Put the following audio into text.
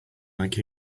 like